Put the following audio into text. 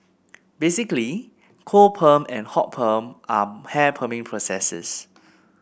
basically cold perm and hot perm are hair perming processes